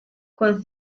con